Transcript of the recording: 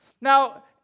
Now